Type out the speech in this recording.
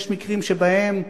יש מקרים שבהם אפשר,